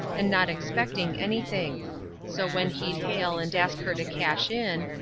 and not expecting anything so when he'd hail and ask her to cash in,